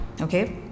okay